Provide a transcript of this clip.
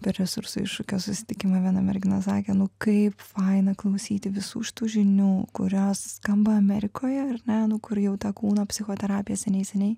per resurų iššūkio susitikimą viena mergina sakė nu kaip faina klausyti visų šitų žinių kurios skamba amerikoje ar ne nu kur jau ta kūno psichoterapija seniai seniai